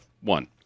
one